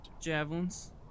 javelins